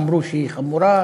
אמרו שהיא חמורה,